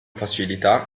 facilità